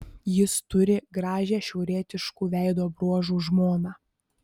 jis turi gražią šiaurietiškų veido bruožų žmoną